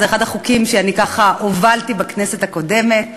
זה אחד החוקים שהובלתי בכנסת הקודמת,